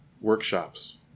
workshops